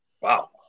Wow